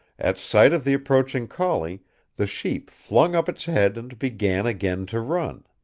at sight of the approaching collie the sheep flung up its head and began again to run.